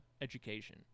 education